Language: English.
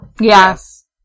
Yes